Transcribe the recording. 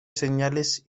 señales